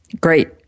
Great